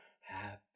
Happy